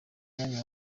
mwanya